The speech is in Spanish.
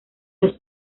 las